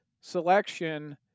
selection